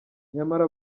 nyamara